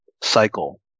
cycle